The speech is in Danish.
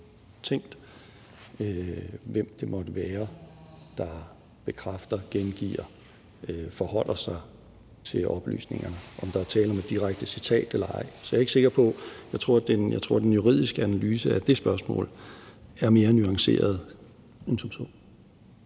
hvem det måtte være, der bekræfter, gengiver, forholder sig til oplysningerne, og om der er tale om et direkte citat eller ej. Så det er jeg ikke sikker på. Jeg tror, at den juridiske analyse af det spørgsmål er mere nuanceret end som så.